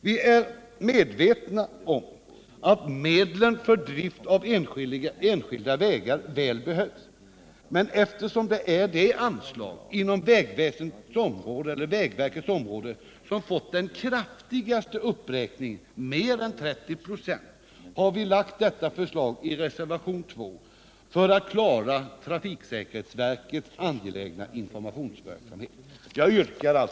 Vi är medvetna om att medlen för drift av enskilda vägar väl behövs, men eftersom anslaget för det ändamålet är det anslag inom vägverkets område som fått den kraftigaste uppräkningen — mer än 30 96 — har vi lagt fram detta förslag i reservationen 2 för att klara trafiksäkerhetsverkets angelägna informationsverksamhet, vilken vi behandlat i reservationen 3 som jag nyss yrkade bifall till.